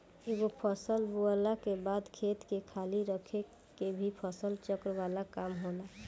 एगो फसल बोअला के बाद खेत के खाली रख के भी फसल चक्र वाला काम होला